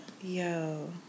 Yo